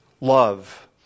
love